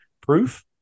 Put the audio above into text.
proof